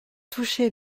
touché